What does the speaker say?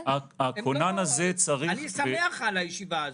אני שמח על הישיבה הזאת.